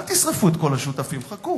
אל תשרפו את כל השותפים, חכו.